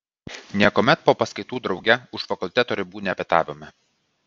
niekuomet po paskaitų drauge už fakulteto ribų nepietavome